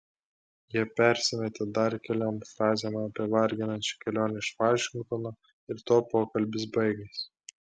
jie persimetė dar keliom frazėm apie varginančią kelionę iš vašingtono ir tuo pokalbis baigėsi